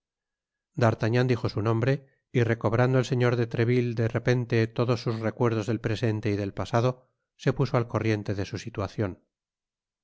d artagnan dijo su nombre y recobrando el señor de treville de repente todos sus recuerdos del presente y del pasado se puso al corriente de su situacion